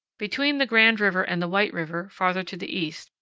between the grand river and the white river, farther to the east,